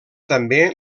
també